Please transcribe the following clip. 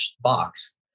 box